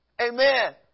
Amen